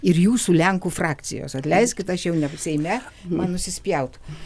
ir jūsų lenkų frakcijos atleiskit aš jau ne seime man nusispjaut